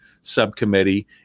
subcommittee